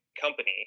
company